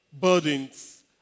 burdens